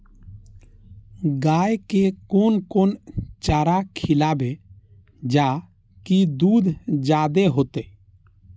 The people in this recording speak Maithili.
गाय के कोन कोन चारा खिलाबे जा की दूध जादे होते?